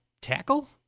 tackle